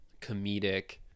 comedic